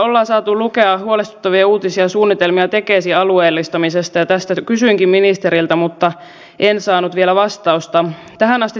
nyt tässä ministeri rehula ja myös edustaja jaskari ottivat esille tämän ict asian josta ajattelin jonkun sanan sanoa